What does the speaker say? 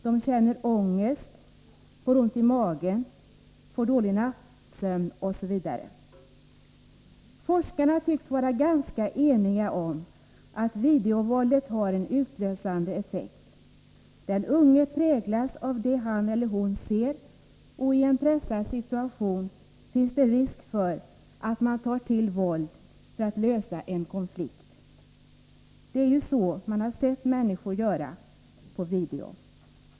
De känner ångest, får ont i magen, får dålig nattsömn osv. Forskarna tycks vara ganska eniga om att videovåldet har en utlösande effekt. Den unge präglas av det han eller hon ser, och i en pressad situation finns det risk för att man tar till våld för att lösa en konflikt. Det är ju så man har sett människor göra på video.